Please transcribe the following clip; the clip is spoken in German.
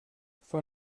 von